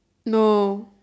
no